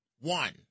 one